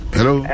Hello